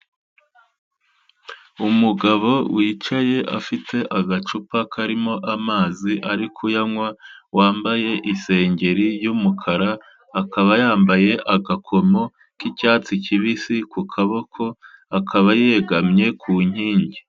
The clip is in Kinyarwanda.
Umugabo wicaye afite agacupa karimo amazi ari kuyanywa, wambaye isengeri y'umukara akaba yambaye agakomo k'icyatsi kibisi ku kaboko akaba yegamye ku nkingi.